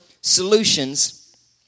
solutions